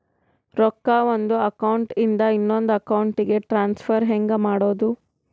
ರೊಕ್ಕ ಒಂದು ಅಕೌಂಟ್ ಇಂದ ಇನ್ನೊಂದು ಅಕೌಂಟಿಗೆ ಟ್ರಾನ್ಸ್ಫರ್ ಹೆಂಗ್ ಮಾಡೋದು?